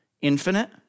infinite